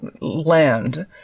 land